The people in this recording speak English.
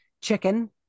chicken